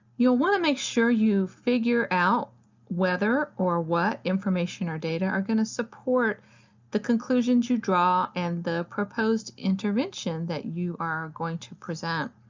you'll want to make sure you figure out whether or what information or data are going to support the conclusions you draw and the proposed intervention that you are going to present.